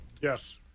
Yes